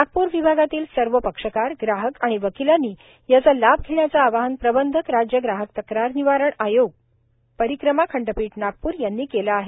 नागपूर विभागातील सर्व पक्षकार ग्राहक आणि वकीलांनी याचा लाभ घेण्याचे आवाहन प्रबंधक राज्य ग्राहक तक्रार निवारण आयोग परिक्रमा खंडपीठ नागपूर यांनी केले आहे